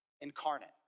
incarnate